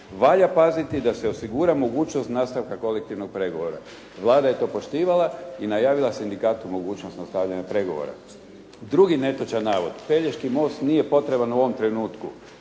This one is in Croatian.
valja paziti da se osigura mogućnost nastavka kolektivnog pregovora. Vlada je to poštivala i najavila sindikatu mogućnost nastavljanja pregovora. Drugi netočan navod. Pelješki most nije potreban u ovom trenutku,